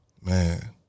man